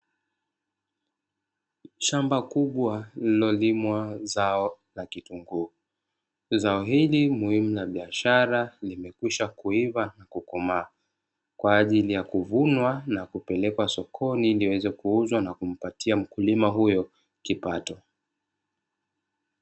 Shamba kubwa lililolimwa zao la kitunguu. Zao hili muhimu la biashara limekwisha kuiva na kukomaa kwa ajili ya kuvunwa na kupelekwa sokoni liweze kuuzwa na kumpatia mkulima huyo kipato.